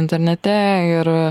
internete ir